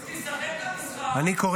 אתה רוצה